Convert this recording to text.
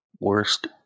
worst